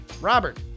Robert